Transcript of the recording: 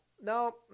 No